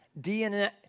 DNA